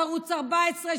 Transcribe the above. בערוץ 14,